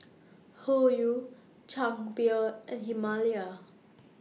Hoyu Chang Beer and Himalaya